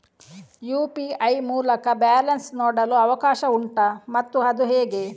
UPI ಮೂಲಕ balance ನೋಡಲು ಅವಕಾಶ ಉಂಟಾ ಮತ್ತು ಅದು ಹೇಗೆ?